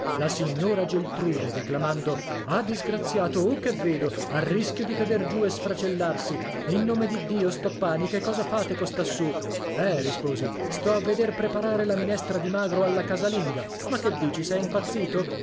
la signora geltrude declamando ah disgraziato uh che vedo a rischio di cader giù e sfracellarsi in nome di dio stoppani che cosa fate costassù eh risposi sto a veder preparare la minestra di magro alla casalinga ma che dici sei impazzato